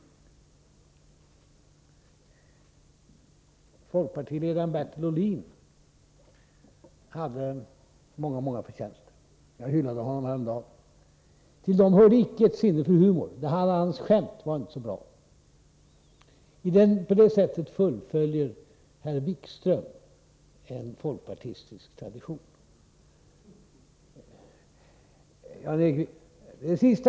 Folkpartiledaren Bertil Ohlin hade många förtjänster. Jag hyllade honom häromdagen. Till förtjänsterna hörde dock icke sinne för humor. Hans skämt var inte så bra. På det sättet fullföljer herr Wikström en folkpartistisk tradition.